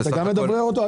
אתה גם מדברר אותו?